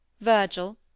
Virgil